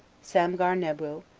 samgar nebo,